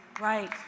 right